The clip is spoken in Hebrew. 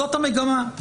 זאת המגמה.